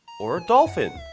or a dolphin?